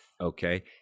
Okay